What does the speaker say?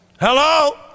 Hello